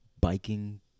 biking